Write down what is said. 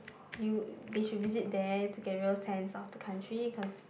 you they should visit there to get real sense of the country cause